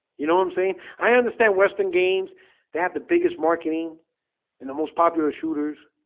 you know, i'm saying i understand western games they have the biggest marketing and the most popular shooters